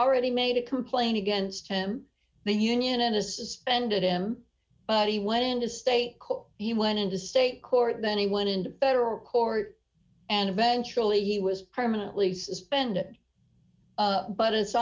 already made a complaint against him the union and a suspended him but he went in to stay cool he went into state court then he went into federal court and eventually he was permanently suspended but as